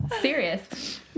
Serious